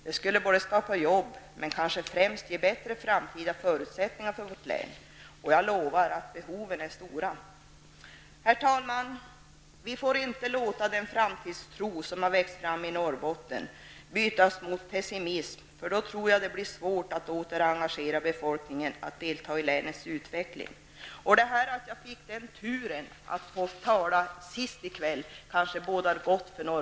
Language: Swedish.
Det skulle både skapa jobb, men kanske främst ge bättre framtida förutsättningar för vårt län. Jag lovar att behoven är stora. Herr talman! Vi får inte låta den framtidstro som växt fram i Norrbotten bytas mot pessimism, för då tror jag det blir svårt att åter engagera befolkningen att delta i länets utveckling. Att jag fick den turen att tala sist i kväll kanske bådar gott för